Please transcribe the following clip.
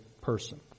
person